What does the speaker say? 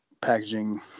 packaging